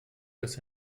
dass